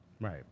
Right